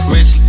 Rich